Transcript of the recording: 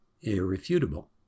Irrefutable